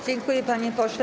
Dziękuję, panie pośle.